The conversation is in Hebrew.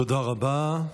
תודה רבה.